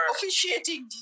Officiating